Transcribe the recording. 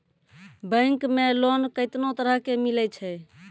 Bank मे loan कैतना तरह के मिलै छै?